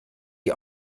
die